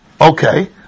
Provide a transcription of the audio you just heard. Okay